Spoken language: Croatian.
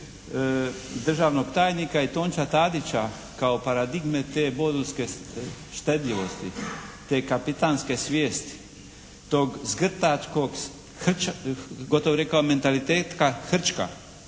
državnog tajnika i Tončija Tadića kao paradigme te bodulske štedljivosti, te kapetanske svijesti, tog zgrdačkog gotovo bih rekao mentaliteta hrčka